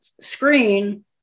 screen